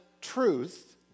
truth